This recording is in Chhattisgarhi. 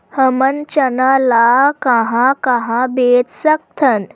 हमन चना ल कहां कहा बेच सकथन?